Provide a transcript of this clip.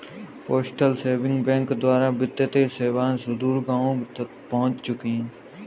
postal saving bank द्वारा वित्तीय सेवाएं सुदूर गाँवों तक पहुंच चुकी हैं